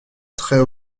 traits